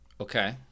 Okay